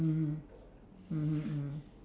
mm mmhmm mm